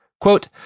Quote